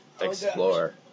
Explore